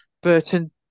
Burton